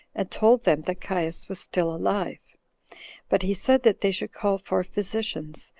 and told them that caius was still alive but he said that they should call for physicians,